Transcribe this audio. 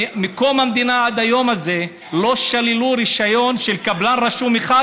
מקום המדינה עד היום הזה לא שללו רישיון של קבלן רשום אחד,